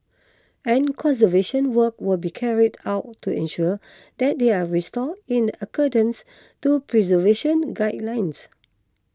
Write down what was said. and conservation work will be carried out to ensure that they are restored in accordance to preservation guidelines